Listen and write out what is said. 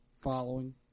following